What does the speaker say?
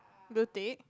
blue tick